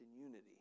unity